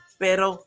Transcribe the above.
pero